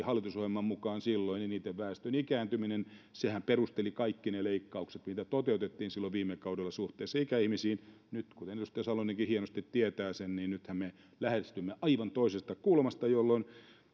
hallitusohjelman mukaan silloin eniten väestön ikääntyminen sehän perusteli kaikki ne leikkaukset mitä toteutettiin silloin viime kaudella suhteessa ikäihmisiin nythän kuten edustaja salonenkin hienosti tietää me lähestymme asiaa aivan toisesta kulmasta jolloin tämä